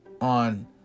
on